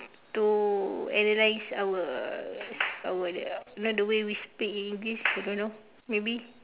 to analyse our our you know the way we speak in English I don't know maybe